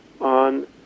on